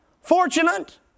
fortunate